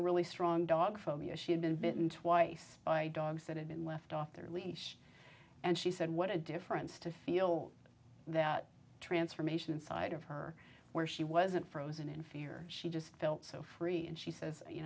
a really strong dog phobia she had been bitten twice by dogs that had been left off their leash and she said what a difference to feel that transformation inside of her where she wasn't frozen in fear she just felt so free and she says you